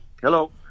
Hello